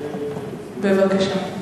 בבקשה.